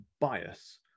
bias